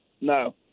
No